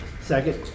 Second